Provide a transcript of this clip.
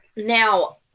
Now